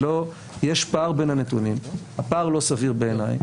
יש פער בין הנתונים, הפער לא סביר בעיניי.